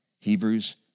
Hebrews